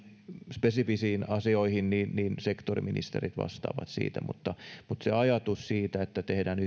spesifisiin asioihin niin niin sektoriministerit vastaavat siitä mutta mutta se ajatus että tehdään